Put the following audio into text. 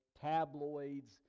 tabloids